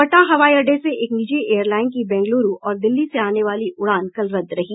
पटना हवाई अड्डे से एक निजी एयर लाईन की बेंगलुरू और दिल्ली से आने वाली उड़ान कल रद्द रही